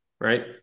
right